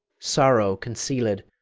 sorrow concealed,